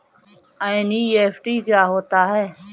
NEFT क्या होता है?